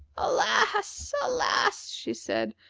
alas! alas! she said,